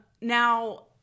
Now